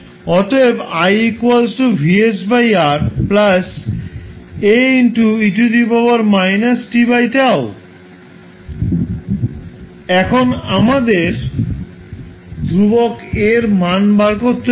অতএব i Vs R Ae− τ এখন আমাদের ধ্রুবক A এর মান বের করতে হবে